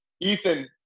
Ethan